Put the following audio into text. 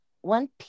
One